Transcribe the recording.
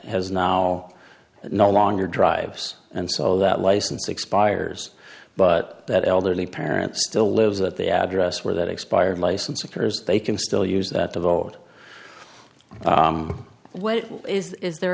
has now no longer drives and so that license expires but that elderly parent still lives at the address where that expired license occurs they can still use that of old what is there